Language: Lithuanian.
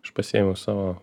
aš pasiėmiau savo